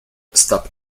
stop